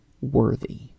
worthy